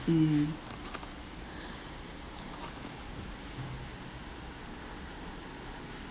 mm